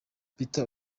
peter